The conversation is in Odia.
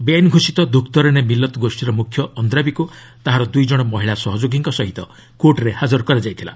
ବେଆଇନ ଘୋଷିତ ଦୁଖତରନେ ମିଲତ୍ ଗୋଷୀର ମୁଖ୍ୟ ଅନ୍ଦ୍ରାବି'କୁ ତାହାର ଦୁଇ ଜଣ ମହିଳା ସହଯୋଗୀଙ୍କ ସହିତ କୋର୍ଟରେ ହାଜର କରାଯାଇଥିଲା